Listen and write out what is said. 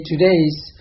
today's